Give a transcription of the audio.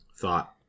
Thought